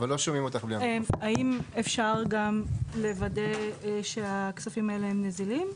האם אפשר גם לוודא שהכספים האלה הם נזילים?